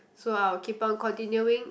so I will keep on continuing